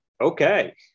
Okay